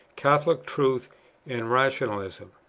catholic truth and rationalism.